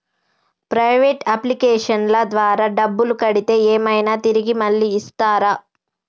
Private అప్లికేషన్ల ద్వారా డబ్బులు కడితే ఏమైనా తిరిగి మళ్ళీ ఇస్తరా?